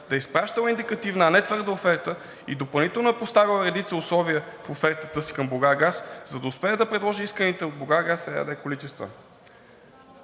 да е изпращала индикативна, а не твърда оферта и допълнително е поставила редица условия в офертата си към „Булгаргаз“, за да успее да предложи исканите от „Булгаргаз“ количества.